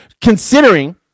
considering